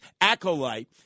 acolyte